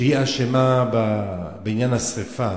שהיא אשמה בעניין השרפה.